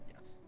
yes